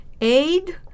aid